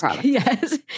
Yes